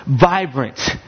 vibrant